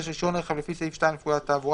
(26)רישיון רכב לפי סעיף 2 לפקודת התעבורה